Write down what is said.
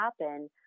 happen